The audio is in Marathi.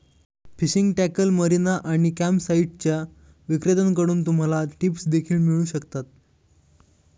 फिशिंग टॅकल, मरीना आणि कॅम्पसाइट्सच्या विक्रेत्यांकडून तुम्हाला टिप्स देखील मिळू शकतात